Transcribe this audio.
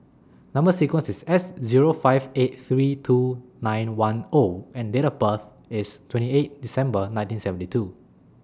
Number sequence IS S Zero five eight three two nine one O and Date of birth IS twenty eight December nineteen seventy two